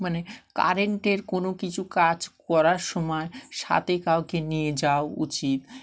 মানে কারেন্টের কোনো কিছু কাজ করার সময় সাথে কাউকে নিয়ে যাওয়া উচিত